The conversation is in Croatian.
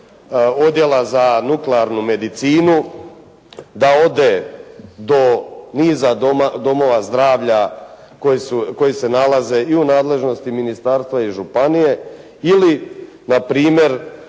odjela za nuklearnu medicinu, da ode do niza domova zdravlja koji se nalaze i u nadležnosti ministarstva i županije ili na primjer